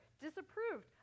disapproved